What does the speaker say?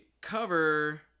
cover